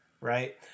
right